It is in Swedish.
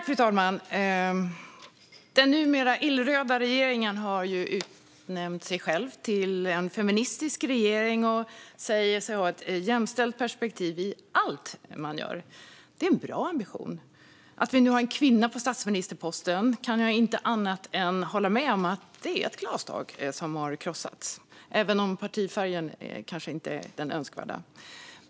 Fru talman! Den numera illröda regeringen har utnämnt sig själv till en feministisk regering och säger sig ha ett jämställt perspektiv i allt man gör. Det är en bra ambition. Att vi nu har en kvinna på statsministerposten kan jag inte annat än hålla med om att det är ett glastak som har krossats, även om partifärgen kanske inte är den önskade.